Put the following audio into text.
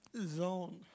zone